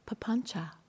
papancha